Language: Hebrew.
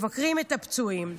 מבקרים את הפצועים.